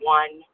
one